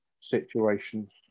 situations